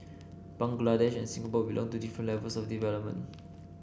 Bangladesh and Singapore belong to different levels of development